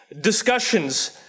discussions